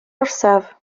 orsaf